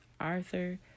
Arthur